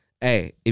Hey